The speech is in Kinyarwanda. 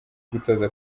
gutoza